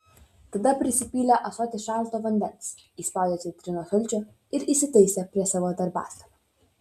tada prisipylė ąsotį šalto vandens įspaudė citrinos sulčių ir įsitaisė prie savo darbastalio